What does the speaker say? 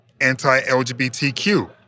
anti-LGBTQ